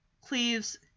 Cleve's